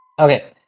Okay